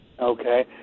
Okay